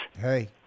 Hey